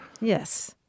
Yes